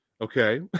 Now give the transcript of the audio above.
Okay